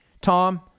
Tom